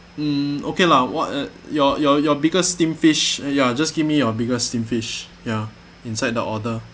hmm okay lah what uh your your your biggest steam fish ya just give me your biggest steam fish ya inside the order